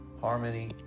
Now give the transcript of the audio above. harmony